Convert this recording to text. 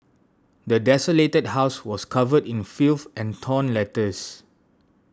the desolated house was covered in filth and torn letters